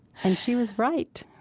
and she was right,